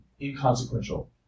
inconsequential